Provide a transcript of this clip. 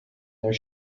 their